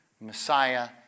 Messiah